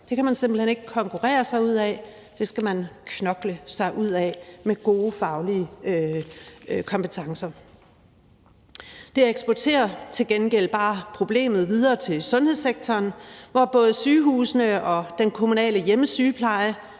Det kan man simpelt hen ikke konkurrere sig ud af, det skal man knokle sig ud af med gode faglige kompetencer. Det eksporterer til gengæld bare problemet videre til sundhedssektoren, hvor både sygehusene og den kommunale hjemmesygepleje